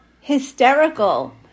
hysterical